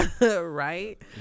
Right